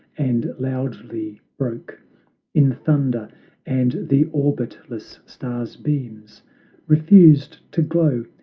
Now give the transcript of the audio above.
and loudly broke in thunder and the orbitless stars' beams refused to glow,